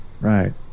Right